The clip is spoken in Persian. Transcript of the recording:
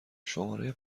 شماره